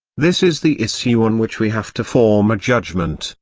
this is the issue on which we have to form a judgment,